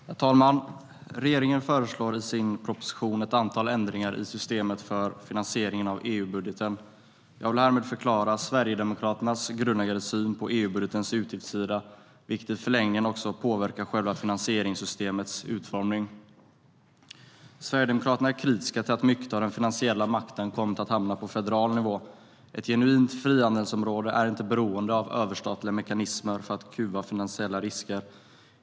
Herr talman! Regeringen föreslår i sin proposition ett antal ändringar i systemet för finansieringen av EU-budgeten. Jag vill härmed förklara Sverigedemokraternas grundläggande syn på EU-budgetens utgiftssida, vilken i förlängningen också påverkar själva finansieringssystemets utformning. Sverigedemokraterna är kritiska till att mycket av den finansiella makten kommit att hamna på federal nivå. Ett genuint frihandelsområde är inte beroende av överstatliga mekanismer för att kuva finansiella risker.